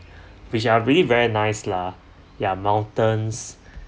which are really very nice lah ya mountains